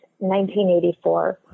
1984